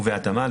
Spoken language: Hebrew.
ובהתאמה,